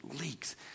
leaks